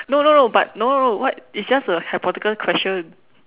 no no no but no no no what it's just a hypothetical question